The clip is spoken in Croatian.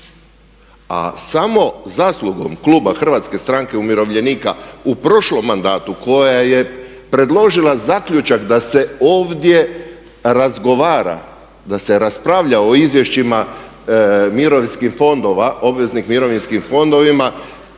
A samo zaslugom Kluba Hrvatske stranke umirovljenika u prošlom mandatu koja je predložila zaključak da se ovdje razgovara, da se raspravlja o izvješćima mirovinskim fondova,